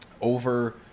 over –